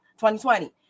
2020